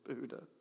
Buddha